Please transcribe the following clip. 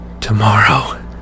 Tomorrow